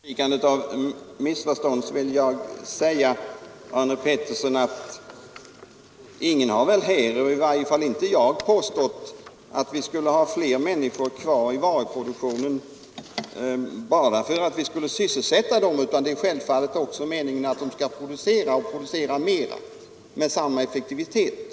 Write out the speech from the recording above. Herr talman! För undvikande av missförstånd vill jag säga till herr Arne Pettersson i Malmö att ingen här — i varje fall inte jag — har påstått att vi skulle ha fler människor kvar i varuproduktionen bara för att sysselsätta dem. Det är självfallet meningen att de skall producera, och producera med större effektivitet.